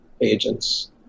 agents